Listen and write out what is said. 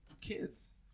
kids